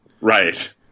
Right